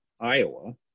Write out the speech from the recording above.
Iowa